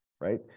right